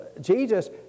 jesus